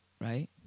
Right